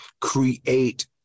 create